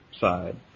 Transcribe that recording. side